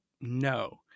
No